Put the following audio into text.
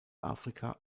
afrika